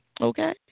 okay